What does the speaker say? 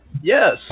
Yes